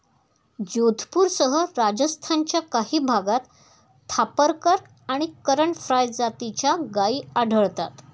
जोधपूरसह राजस्थानच्या काही भागात थापरकर आणि करण फ्राय जातीच्या गायी आढळतात